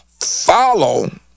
follow